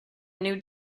new